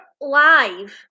live